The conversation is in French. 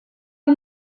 est